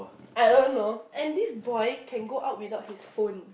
I don't know and this boy can go out without his phone